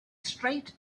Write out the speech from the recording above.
straight